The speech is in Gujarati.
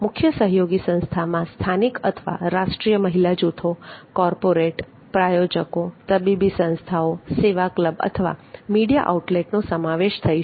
મુખ્ય સહયોગી સંસ્થામા સ્થાનિક અથવા રાષ્ટ્રીય મહિલા જૂથો કોર્પોરેટ પ્રાયોજકો તબીબી સંસ્થાઓ સેવા ક્લબ અથવા મીડિયા આઉટલેટનો સમાવેશ થઈ શકે